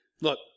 look